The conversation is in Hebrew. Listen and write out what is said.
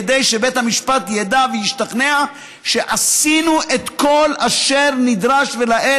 כדי שבית המשפט ידע וישתכנע שעשינו את כל אשר נדרש ולאל